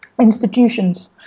institutions